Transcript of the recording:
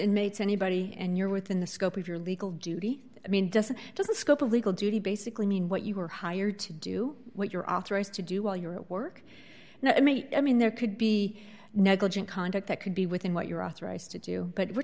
inmates anybody and you're within the scope of your legal duty i mean doesn't just the scope of legal duty basically mean what you were hired to do what you're authorized to do while you're at work and i mean i mean there could be negligent conduct that could be within what you're authorized to do but we're